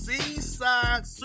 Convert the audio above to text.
Seaside